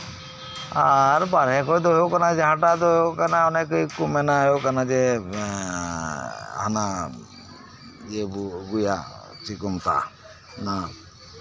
ᱟᱨ ᱵᱟᱦᱨᱮ ᱠᱚᱨᱮ ᱫᱚ ᱦᱩᱭᱩᱜ ᱠᱟᱱᱟ ᱡᱟᱦᱟᱸᱴᱟᱜ ᱫᱚ ᱦᱩᱭᱩᱜ ᱠᱟᱱᱟ ᱚᱱᱟ ᱫᱚᱠᱚ ᱢᱮᱱᱟ ᱦᱩᱭᱩᱜ ᱠᱟᱱᱟ ᱡᱮ ᱦᱟᱱᱟ ᱤᱭᱟᱹ ᱵᱚᱱ ᱟᱹᱜᱩᱭᱟ ᱪᱮᱫ ᱠᱚ ᱢᱮᱛᱟᱜᱼᱟ ᱚᱱᱟ